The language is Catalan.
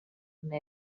una